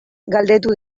galdetu